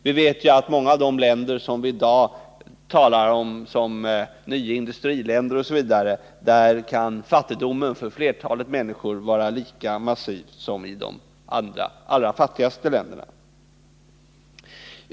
Vi vet ju att i många av de länder som vi i dag talar om som nya industriländer kan fattigdomen för flertalet människor vara lika massiv som i de allra fattigaste länderna.